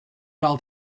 hall